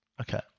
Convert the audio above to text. Okay